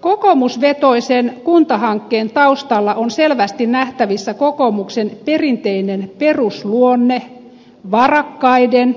kokoomusvetoisen kuntahankkeen taustalla on selvästi nähtävissä kokoomuksen perinteinen perusluonne varakkaiden